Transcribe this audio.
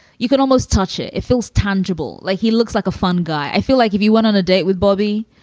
you can almost touch it. it feels tangible, like he looks like a fun guy. i feel like if you went on a date with bobby,